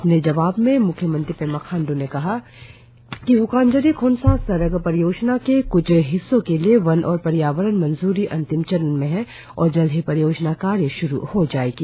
अपने जवाब में म्ख्यमंत्री पेमा खाण्डू ने कहा कि हकानजिरि खोंसा सड़क परियोजना के क्छ हिस्सों के लिए वन और पर्यावरण मंजूरी अंतिम चरण में है और जल्द ही परियोजना कार्य श्रु हो जाएगी